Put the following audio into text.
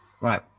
right